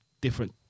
different